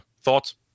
thoughts